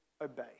obey